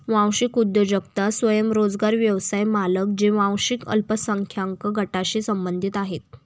वांशिक उद्योजकता स्वयंरोजगार व्यवसाय मालक जे वांशिक अल्पसंख्याक गटांशी संबंधित आहेत